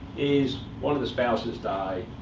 is, one of the spouses die.